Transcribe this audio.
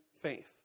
faith